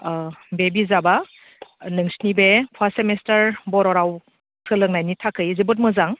बे बिजाबा नोंसोरनि बे फार्स्ट सेमिस्टार बर' राव सोलोंनायनि थाखाय जोबोद मोजां